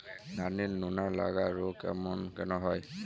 ধানের লোনা লাগা রোগ কেন হয়?